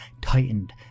tightened